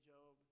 Job